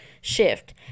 shift